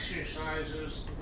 exercises